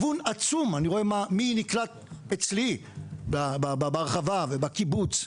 אני רואה מי נקלט אצלי בהרחבה ובקיבוץ.